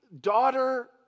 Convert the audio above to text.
daughter